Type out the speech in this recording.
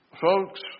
Folks